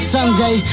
Sunday